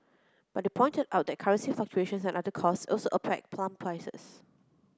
but they pointed out that currency fluctuations and other costs also affect pump prices